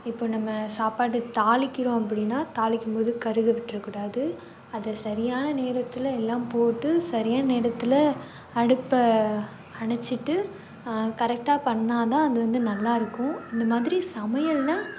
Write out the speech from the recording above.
இப்போ நம்ம சாப்பாடு தாளிக்கிறோம் அப்படின்னா தாளிக்கும்போது கருக விட்டுறக்கூடாது அதை சரியான நேரத்தில் எல்லாம் போட்டு சரியான நேரத்தில் அடுப்பை அணைச்சிட்டு கரெக்டாக பண்ணால் தான் அந்து வந்து நல்லாருக்கும் இந்த மாதிரி சமையல்னால்